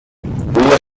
woher